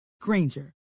Granger